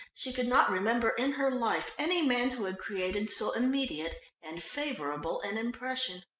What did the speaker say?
she could not remember in her life any man who had created so immediate and favourable an impression.